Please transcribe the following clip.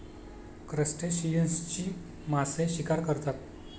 क्रस्टेशियन्सची मासे शिकार करतात